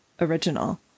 original